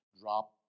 Drop